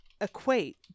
equate